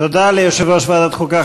תודה ליושב-ראש ועדת החוקה,